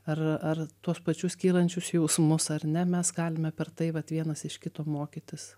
ar ar tuos pačius kylančius jausmus ar ne mes galime per tai vat vienas iš kito mokytis